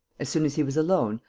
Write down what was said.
as soon as he was alone,